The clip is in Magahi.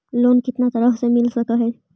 लोन कितना तरह से मिल सक है?